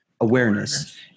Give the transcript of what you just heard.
Awareness